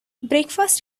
breakfast